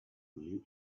live